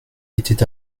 était